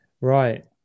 right